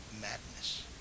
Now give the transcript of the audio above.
madness